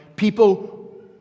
People